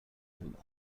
بودم